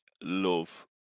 love